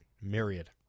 Myriad